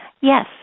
Yes